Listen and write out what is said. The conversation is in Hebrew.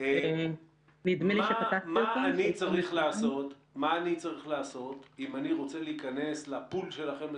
אני צריך לעשות אם אני רוצה להיכנס למאגר שלכם,